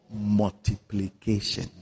multiplication